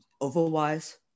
otherwise